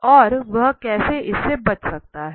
और वह कैसे इससे बच सकता है